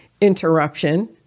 interruption